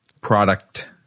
product